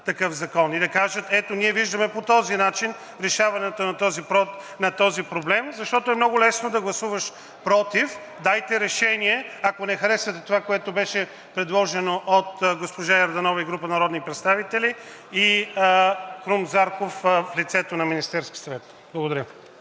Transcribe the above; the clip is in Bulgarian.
такъв закон и да кажат: „Ето, ние виждаме по този начин решаването на този проблем“, защото е много лесно да гласуваш против. Дайте решение, ако не харесвате това, което беше предложено от госпожа Йорданова и група народни представители и Крум Зарков в лицето на Министерския съвет. Благодаря.